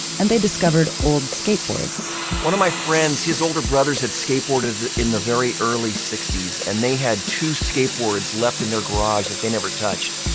and they discovered old skateboards. one of my friends, his older brothers had skateboarded in the very early sixty s, and they had two skateboards left in their garage that they never touched.